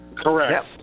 Correct